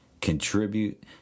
contribute